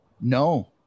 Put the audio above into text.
No